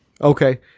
Okay